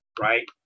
right